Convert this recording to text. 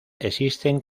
existen